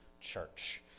church